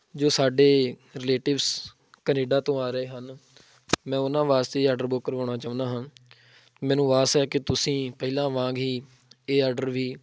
ਜੋ ਸਾਡੇ relatives Canada ਤੋਂ ਆ ਰਹੇ ਹਨ ਮੈਂ ਉਹਨਾਂ ਵਾਸਤੇ ਇਹ ਆਡਰ ਬੁੱਕ ਕਰਵਾਉਣਾ ਚਾਹੁੰਦਾ ਹਾਂ ਮੈਨੂੰ ਆਸ ਹੈ ਕਿ ਤੁਸੀਂ ਪਹਿਲਾਂ ਵਾਂਗ ਹੀ ਇਹ ਆਡਰ ਵੀ